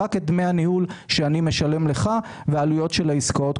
רק דמי הניהול שאני משלם לך ועלויות של העסקאות,